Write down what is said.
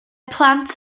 plant